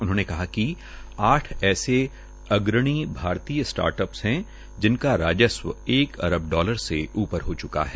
उन्होंने कहा कि आठ ऐसे अग्रणी भारतीय स्टार्टअपस है जिनका राजस्व एक अरब डालर से ऊपर हो च्का है